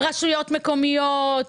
רשויות מקומיות,